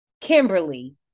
Kimberly